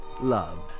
love